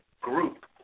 group